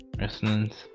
Resonance